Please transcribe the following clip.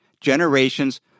generations